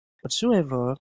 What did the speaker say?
whatsoever